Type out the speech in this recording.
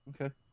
Okay